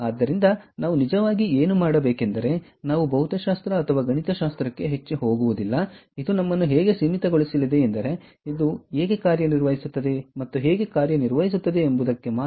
ಆದ್ದರಿಂದ ನಾವು ನಿಜವಾಗಿ ಏನು ಮಾಡಬೇಕೆಂದರೆ ನಾವು ಭೌತಶಾಸ್ತ್ರ ಅಥವಾ ಗಣಿತಶಾಸ್ತ್ರಕ್ಕೆ ಹೆಚ್ಚು ಹೋಗುವುದಿಲ್ಲ ಇದು ನಮ್ಮನ್ನು ಹೇಗೆ ಸೀಮಿತಗೊಳಿಸಲಿದೆ ಎಂದರೆ ಇದು ಹೇಗೆ ಕಾರ್ಯನಿರ್ವಹಿಸುತ್ತದೆ ಮತ್ತು ಹೇಗೆ ಕಾರ್ಯನಿರ್ವಹಿಸುತ್ತದೆ ಎಂಬುದಕ್ಕೆ ಮಾತ್ರ